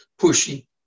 pushy